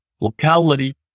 locality